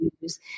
use